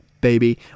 baby